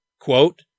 Quote